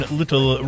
little